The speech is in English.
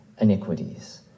iniquities